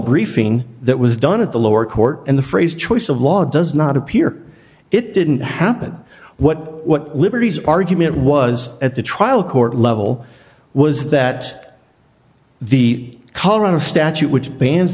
briefing that was done at the lower court and the phrase choice of law does not appear it didn't happen what what liberty's argument was at the trial court level was that the colorado statute which ban